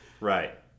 right